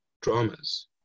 dramas